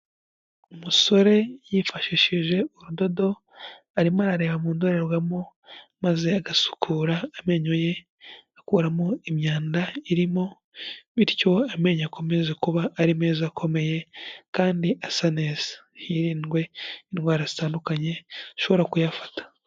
Umusore yifashishije urudodo, arimo arareba mu ndorerwamo maze agasukura amenyo ye akuramo imyanda irimo, bityo amenyo akomeze kuba ari meza akomeye kandi asa neza, hirindwe indwara zitandukanye zishobora kuyafata.